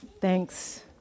Thanks